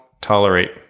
tolerate